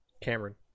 Cameron